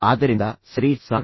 ಆದ್ದರಿಂದ ಸರಿ ಸಾರ್